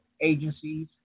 agencies